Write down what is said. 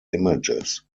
images